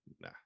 nah